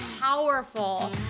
powerful